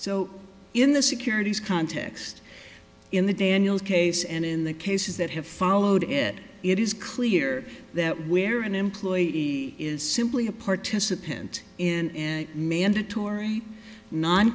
so in the securities context in the daniels case and in the cases that have followed it it is clear that where an employee is simply a participant in mandatory